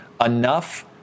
enough